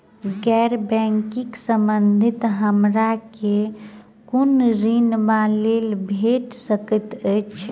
गैर बैंकिंग संबंधित हमरा केँ कुन ऋण वा लोन भेट सकैत अछि?